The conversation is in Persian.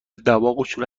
دماغشونو